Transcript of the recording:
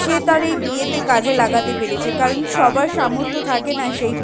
সে তার এই বিয়েতে কাজে লাগাতে পেরেছে কারণ সবার সামর্থ্য থাকে না সেই